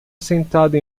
sentada